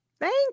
Thank